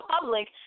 public